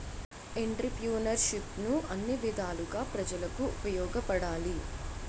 ఎంటర్ప్రిన్యూర్షిప్ను అన్ని విధాలుగా ప్రజలకు ఉపయోగపడాలి